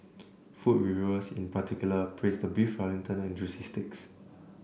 food reviewers in particular praised the Beef Wellington and juicy steaks